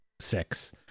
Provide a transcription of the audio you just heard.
Six